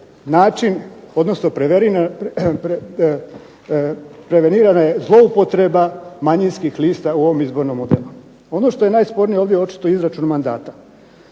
način, odnosno prevenirana je zloupotreba manjinskih lista u ovom izbornom modelu. Ono što je najspornije ovdje je očito izračun mandata.